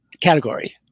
category